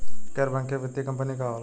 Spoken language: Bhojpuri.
गैर बैकिंग वित्तीय कंपनी का होला?